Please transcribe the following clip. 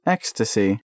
Ecstasy